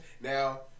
Now